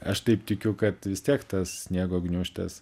aš taip tikiu kad vis tiek tas sniego gniūžtės